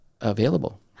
available